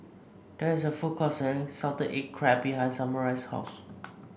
there is a food court selling Salted Egg Crab behind Samual's house